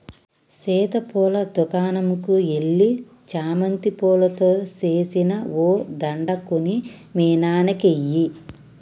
సీత పూల దుకనంకు ఎల్లి చామంతి పూలతో సేసిన ఓ దండ కొని మీ నాన్నకి ఇయ్యి